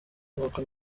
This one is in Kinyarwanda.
nk’uko